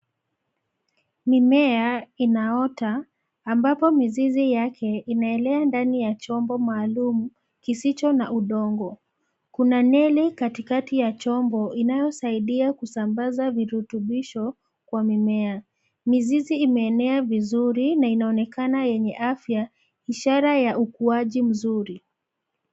Mimea, inaota, ambapo mizizi yake inaelea ndani ya chombo maalum, kisicho na udongo. Kuna neli katikati ya chombo inayosaidia kusambaza virutubisho, kwa mimea. Mizizi imeenea vizuri na inaonekana yenye afya, ishara ya ukuaji mzuri.